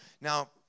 Now